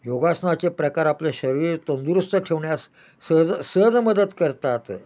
योगासनाचे प्रकार आपले शरीर तंदुरुस्त ठेवण्यास सहज सहज मदत करतात